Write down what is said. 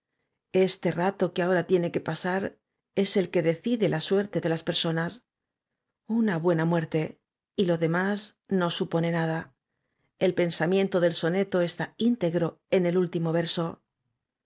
este rato que ahora tiene que pasar es el que decide la suerte de las personas una buena muerte y lo demás no supone nada el pensamiento del soneto está íntegro en el último verso